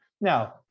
now